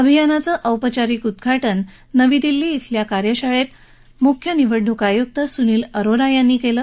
अभियानाचं औपचारिक उद्वाटन नवी दिल्ली धिं कार्यशाळेत मुख्य निवडणूक आयुक सुनील अरोडा यांनी केलं